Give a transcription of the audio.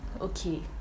okay